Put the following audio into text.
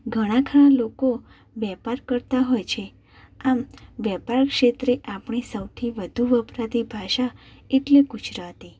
ઘણા ખરા લોકો વેપાર કરતા હોય છે આમ વેપાર ક્ષેત્રે આપણી સૌથી વધુ વપરાતી ભાષા એટલે ગુજરાતી